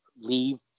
leave